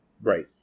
Right